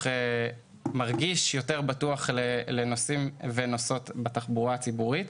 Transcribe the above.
מרגיש גם יותר בטוח לנוסעים ולנוסעות בתחבורה הציבורית.